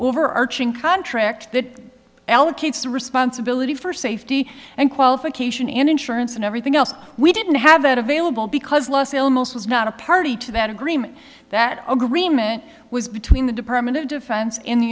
overarching contract that allocates responsibility for safety and qualification in insurance and everything else we didn't have that available because los alamos was not a party to that agreement that agreement was between the department of defense in the